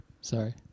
Sorry